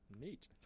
neat